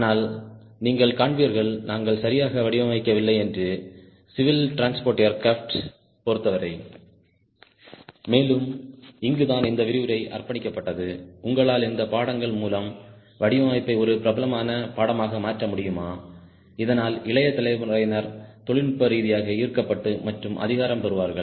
ஆனால் நீங்கள் காண்பீர்கள் நாங்கள் சரியாக வடிவமைக்கவில்லையென்று சிவில் ட்ரான்ஸ்போர்ட் ஏர்கிராப்ட் பொறுத்தவரை மேலும் இங்குதான் இந்த விரிவுரை அர்ப்பணிக்கப்பட்டதுஉங்களால் இந்த பாடங்கள் மூலம் வடிவமைப்பை ஒரு பிரபலமான பாடமாக மாற்ற முடியுமா இதனால் இளைய தலைமுறையினர் தொழில்நுட்ப ரீதியாக ஈர்க்கப்பட்டு மற்றும் அதிகாரம் பெறுவார்கள்